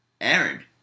Aaron